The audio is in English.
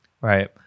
Right